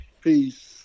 peace